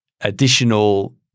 additional